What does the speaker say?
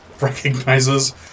recognizes